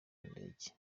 ndege